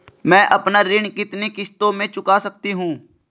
मैं अपना ऋण कितनी किश्तों में चुका सकती हूँ?